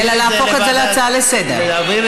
אלא להפוך את זה להצעה לסדר-היום?